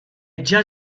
già